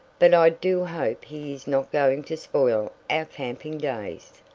but i do hope he is not going to spoil our camping days.